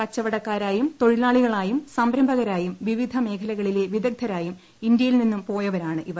കച്ചവടക്കാരായും തൊഴിലാളികളായും സ്ഠ്രംഭകരായും വിവിധ മേഖലകളിലെ വിദഗ്ധരായും ഇന്ത്യിൽ നിന്നും പോയവരാണ് ഇവർ